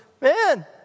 man